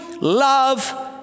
love